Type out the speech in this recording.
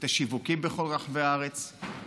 את השיווקים בכל רחבי הארץ,